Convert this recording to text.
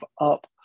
up